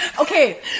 Okay